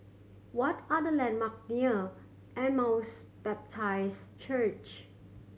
what are the landmark near Emmaus Baptist Church